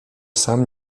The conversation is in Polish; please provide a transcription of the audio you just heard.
sam